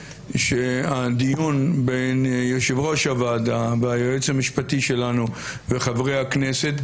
שהדיון בין יושב ראש הוועדה והיועץ המשפטי שלנו וחברי הכנסת,